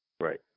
Right